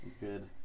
Good